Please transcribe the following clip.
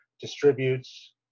distributes